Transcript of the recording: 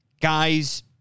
guys